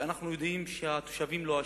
שאנחנו יודעים שהתושבים לא אשמים,